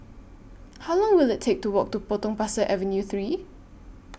How Long Will IT Take to Walk to Potong Pasir Avenue three